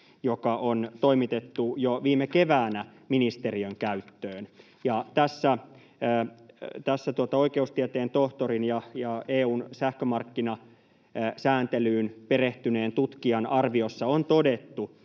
joka on toimitettu jo viime keväänä ministeriön käyttöön. Tässä oikeustieteen tohtorin ja EU:n sähkömarkkinasääntelyyn perehtyneen tutkijan arviossa on todettu,